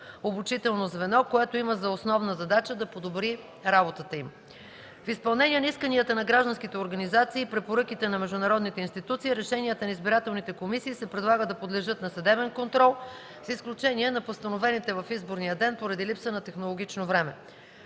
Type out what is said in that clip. обучително звено, което има за основна задача да подобри работата им. В изпълнение на исканията на гражданските организации и препоръките на международните институции, решенията на избирателните комисии, се предлага да подлежат на съдебен контрол, с изключение на постановените в изборния ден, поради липса на технологично време.